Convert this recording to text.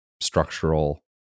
structural